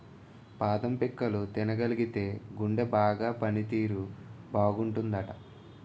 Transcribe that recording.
బాదం పిక్కలు తినగలిగితేయ్ గుండె బాగా పని తీరు బాగుంటాదట